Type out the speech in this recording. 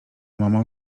mamo